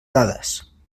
dades